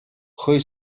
хӑй